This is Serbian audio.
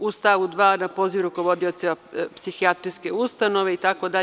U stavu 2. da poziv rukovodioca psihijatrijske ustanove itd.